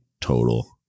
total